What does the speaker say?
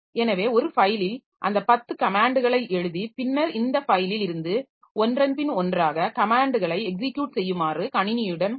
எனவே ஒரு ஃபைலில் அந்த 10 கமேன்ட்களை எழுதி பின்னர் இந்த ஃபைலில் இருந்து ஒன்றன்பின் ஒன்றாக கமேன்ட்களை எக்ஸிக்யுட் செய்யுமாறு கணினியிடம் கூறுகிறோம்